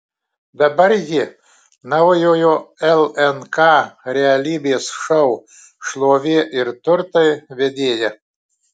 dabar ji naujojo lnk realybės šou šlovė ir turtai vedėja